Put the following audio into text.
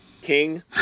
king